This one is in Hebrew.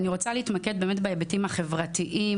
אני רוצה להתמקד באמת בהיבטים החברתיים,